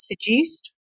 Seduced